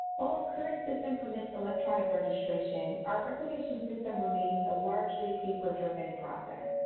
while our current system permits electronic registration, our recordation system remains a largely paper-driven process.